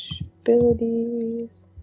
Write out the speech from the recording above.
Abilities